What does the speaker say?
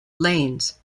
lanes